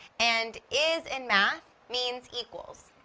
and is in math means equals.